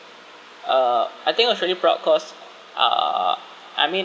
uh I think was really proud cause uh I mean